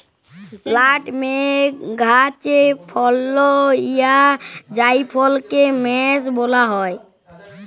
nutmeg গাহাচে ফলল হউয়া জাইফলকে মেস ব্যলা হ্যয়